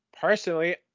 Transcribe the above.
Personally